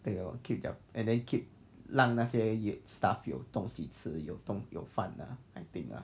对 lor you keep there and then keep 那些 staff 有东西吃有饭 lah I think ah